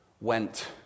went